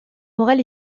morel